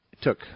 took